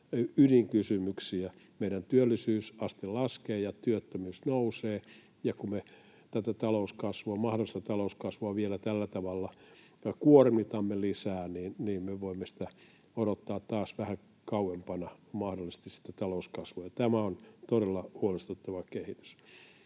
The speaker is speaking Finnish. ydinkysymyksiä. Meidän työllisyysaste laskee ja työttömyys nousee, ja kun me tätä talouskasvua, mahdollista talouskasvua, vielä tällä tavalla kuormitamme lisää, niin me voimme sitä odottaa taas vähän kauempana, sitä mahdollista talouskasvua, ja tämä on todella huolestuttava kehitys.